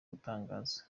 gutangaza